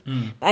mm